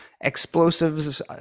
explosives